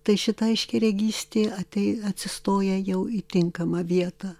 tai šita aiškiaregystė atei atsistoja jau į tinkamą vietą